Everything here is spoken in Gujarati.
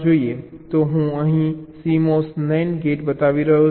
તો અહીં હું CMOS NAND ગેટ બતાવી રહ્યો છું